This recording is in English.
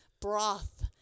Broth